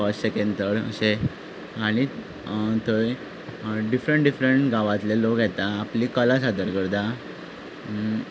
first second third अशे आनी थंय डिफ्रंट डिफ्रंट गांवांतले लोक येता आपली कला सादर करता